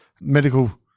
medical